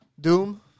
Doom